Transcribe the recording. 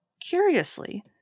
Curiously